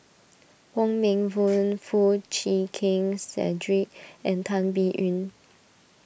Wong Meng Voon Foo Chee Keng Cedric and Tan Biyun